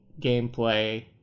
gameplay